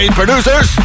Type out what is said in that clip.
producers